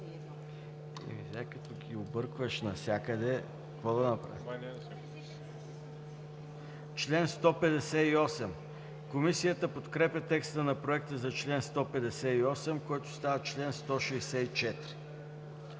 чл. 156. Комисията подкрепя текста на Проекта за чл. 155, който става чл. 161.